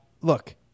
Look